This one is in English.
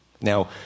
Now